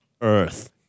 Earth